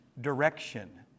direction